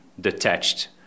detached